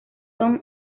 son